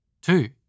Two